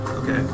okay